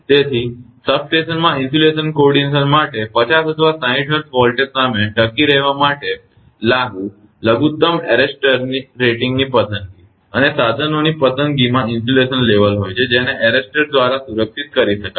તેથી સબસ્ટેશનમાં insulation coordination માટે 50 અથવા 60 Hertz વોલ્ટેજ સામે ટકી રહેવા માટે લાગુ લઘુત્તમ એરેસ્ટર રેટિંગની પસંદગી અને સાધનોની પસંદગીમાં ઇન્સ્યુલેશન લેવલ હોય છે જેને એરરેસ્ટર દ્વારા સુરક્ષિત કરી શકાય છે